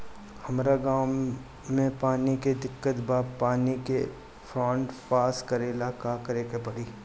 हमरा गॉव मे पानी के दिक्कत बा पानी के फोन्ड पास करेला का करे के पड़ी?